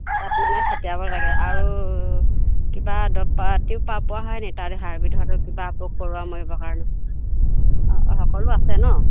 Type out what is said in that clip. ছটিয়াব লাগে আৰু কিবা দৰৱ পাতিও পা পোৱা হয়নি তাত হাইব্ৰিডৰটো কিবা পোক পৰুৱা মৰিবৰ কাৰণে অঁ সকলো আছে নহ্